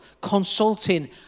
consulting